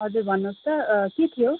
हजुर भन्नुहोस् त के थियो